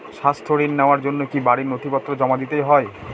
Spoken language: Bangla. স্বাস্থ্য ঋণ নেওয়ার জন্য কি বাড়ীর নথিপত্র জমা দিতেই হয়?